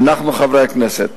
חברי הכנסת,